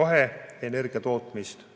roheenergia tootmist.